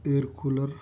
air cooler